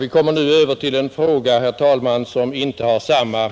Vi kommer nu Över till en fråga, herr talman, som inte har samma